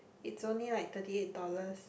it's only like thirty eight dollars